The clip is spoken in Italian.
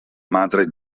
madre